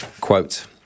Quote